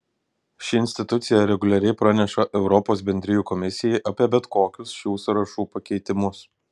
ši institucija reguliariai praneša europos bendrijų komisijai apie bet kokius šių sąrašų pakeitimus